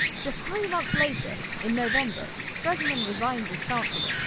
just three months later, in november, stresemann resigns as chancellor,